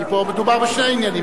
כי פה מדובר בשני עניינים.